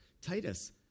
Titus